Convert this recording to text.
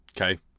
okay